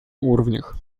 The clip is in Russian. уровнях